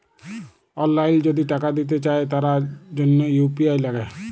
অললাইল যদি টাকা দিতে চায় তার জনহ ইউ.পি.আই লাগে